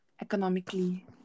economically